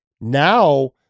Now